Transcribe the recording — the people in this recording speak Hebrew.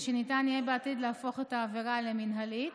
שניתן יהיה בעתיד להפוך את העבירה למינהלית,